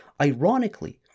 Ironically